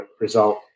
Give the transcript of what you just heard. result